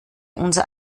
unser